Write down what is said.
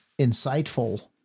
insightful